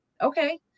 okay